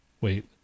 Wait